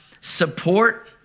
support